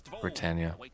Britannia